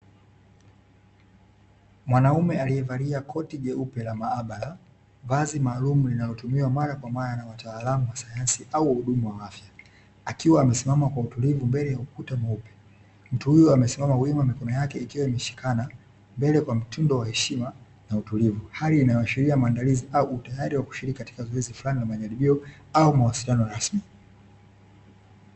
Mwanaume aliyevalia koti jeupe la maabara, vazi maalum linalotumiwa mara kwa mara na wataalamu wa sayansi au wahudumu wa afya, akiwa amesimama kwa utulivu mbele ya ukuta mweupe. Mtu huyu amesimama wima mikono yake ikiwa imeshikana mbele kwa mtindo wa heshima na utulivu, hali inayoashiria maandalizi au utayari wa kushiriki katika zoezi fulani la majaribio au mawasiliano rasmi .